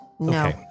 No